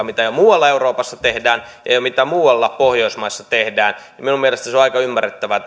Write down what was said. mitä jo muualla euroopassa tehdään ja mitä muualla pohjoismaissa tehdään minun mielestäni se on aika ymmärrettävää